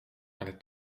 ale